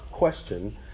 question